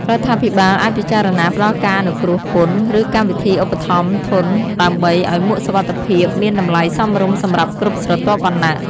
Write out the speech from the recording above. រដ្ឋាភិបាលអាចពិចារណាផ្ដល់ការអនុគ្រោះពន្ធ ឬកម្មវិធីឧបត្ថម្ភធន ដើម្បីឱ្យមួកសុវត្ថិភាពមានតម្លៃសមរម្យសម្រាប់គ្រប់ស្រទាប់វណ្ណៈ។